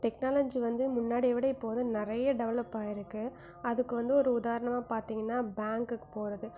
technology வந்து முன்னாடி விட இப்போ வந்து நிறைய டெவலப் ஆகிருக்கு அதுக்கு வந்து ஒரு உதாரணமாக பார்த்திங்கன்னா பேங்க்குக்கு போகிறது